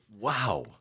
Wow